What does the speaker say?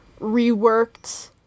reworked